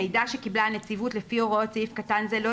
מידע שקיבלה הנציבות לפי הוראות סעיף קטן זה לא